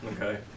okay